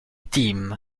team